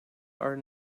are